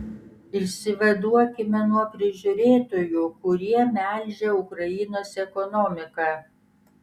išsivaduokime nuo prižiūrėtojų kurie melžia ukrainos ekonomiką